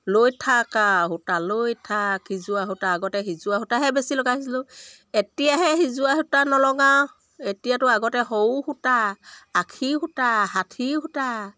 লৈ থাক আ সূতা লৈ থাক সিজোৱা সূতা আগতে সিজোৱা সূতাহে বেছি লগাইছিলোঁ এতিয়াহে সিজোৱা সূতা নলগাওঁ এতিয়াতো আগতে সৰু সূতা আখি সূতা ষাঠি সূতা